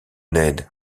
ned